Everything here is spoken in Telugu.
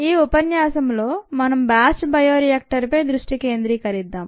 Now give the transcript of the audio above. ఈ ఉపన్యాసంలో మనం బ్యాచ్ బయోరియాక్టర్ పై దృష్టి కేంద్రీకరిద్దాం